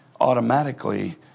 automatically